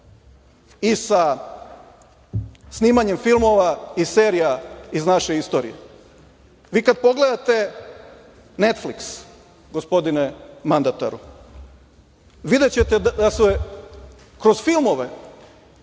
i sa snimanjem filmova i serija iz naše istorije. Vi kad pogledate „Netfliks“, gospodine mandataru, videćete da su je kroz filmove